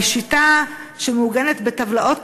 היא שיטה שמעוגנת בטבלאות,